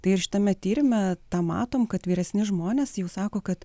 tai ir šitame tyrime tą matom kad vyresni žmonės jau sako kad